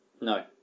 No